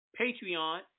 Patreon